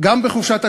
גם בחופשת הקיץ,